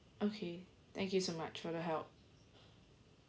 okay thank you so much for the help